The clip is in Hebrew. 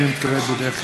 הנני מתכבד להודיעכם,